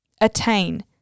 attain